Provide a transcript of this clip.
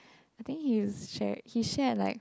I think he's shared he shared like